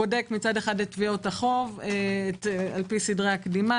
בודק מצד אחד את תביעות החוב לפי סדרי הקדימה,